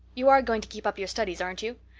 you are going to keep up your studies, aren't you?